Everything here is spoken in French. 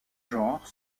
genre